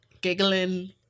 giggling